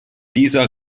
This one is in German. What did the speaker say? dieser